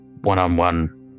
one-on-one